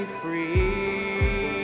free